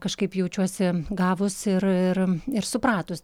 kažkaip jaučiuosi gavusi ir ir ir supratus